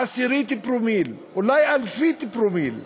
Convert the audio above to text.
עשירית פרומיל, אולי אלפית פרומיל,